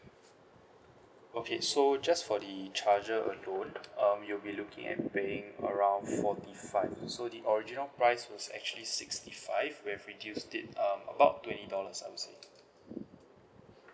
okay so just for the a charger alone um you'll be looking at paying around forty five so the original price was actually sixty five we've reduced it um about twenty dollars I would say